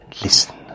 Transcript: listen